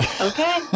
Okay